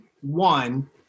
one